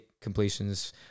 completions